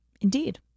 Indeed